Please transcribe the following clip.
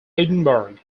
edinburgh